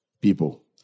people